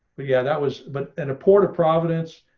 but yeah, that was, but in a port of providence,